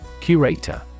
Curator